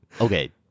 okay